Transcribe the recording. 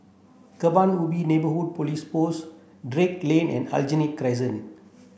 Kebun Ubi Neighbourhood Police Post Drake Lane and Aljunied Crescent